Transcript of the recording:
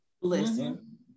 listen